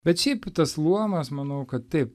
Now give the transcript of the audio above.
bet šiaip tas luomas manau kad taip